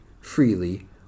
freely